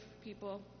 people